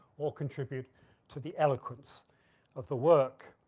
all contribute to the eloquence of the work.